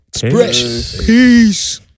Peace